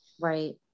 Right